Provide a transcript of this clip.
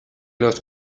los